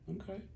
Okay